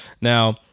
Now